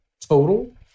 total